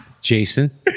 Jason